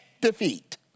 defeat